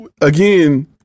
again